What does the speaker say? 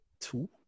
Two